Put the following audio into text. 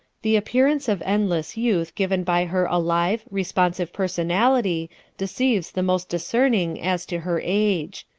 the appearance of endless youth given by her alive, responsive personality deceives the most discerning as to her age.